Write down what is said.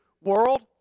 world